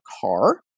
car